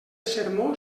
sermó